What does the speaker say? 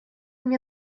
мне